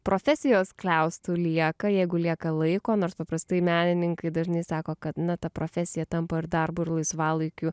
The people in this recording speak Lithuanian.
profesijos skliaustų lieka jeigu lieka laiko nors paprastai menininkai dažnai sako kad na ta profesija tampa ir darbu ir laisvalaikiu